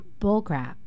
bullcrap